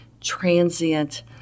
transient